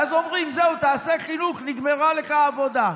ואז אומרים: זהו, תעשה חינוך, נגמרה לך העבודה.